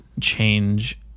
change